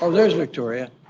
um there's victoria.